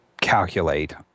calculate